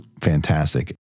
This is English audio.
fantastic